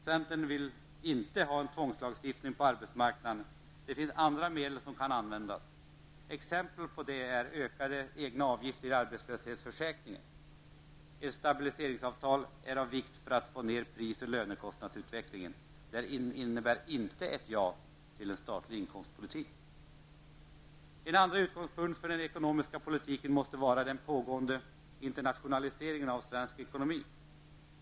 Centern vill inte ha en tvångslagstiftning på arbetsmarknaden -- det finns andra medel som kan användas. Ett exempel på sådana medel är ökade egna avgifter i arbetslöshetsförsäkringen. Ett stabiliseringsavtal är av vikt för att dämpa pris och lönekostnadsutvecklingen, vilket inte innebär ett ja till statlig inkomstpolitik. En andra utgångspunkt för den ekonomiska politiken måste vara den pågående internationaliseringen av svensk ekonomi.